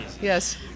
Yes